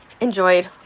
enjoyed